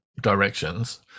directions